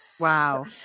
Wow